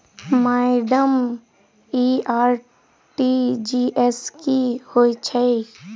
Madam इ RTGS की होइ छैय?